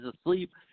asleep